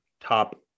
top